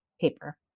paper